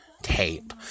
tape